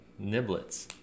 Niblets